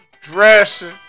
dressing